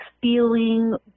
feeling